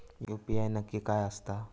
UPI नक्की काय आसता?